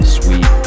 sweet